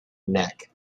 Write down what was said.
neck